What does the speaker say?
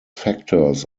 factors